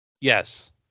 yes